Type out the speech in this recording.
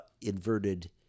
inverted